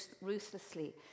ruthlessly